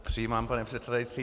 Přijímám, pane předsedající.